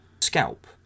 scalp